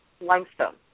limestone